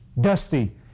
Dusty